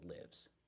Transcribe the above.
lives